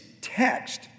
text